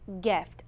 gift